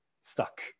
stuck